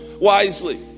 wisely